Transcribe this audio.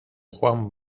juan